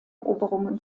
eroberungen